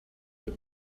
that